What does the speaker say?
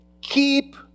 keep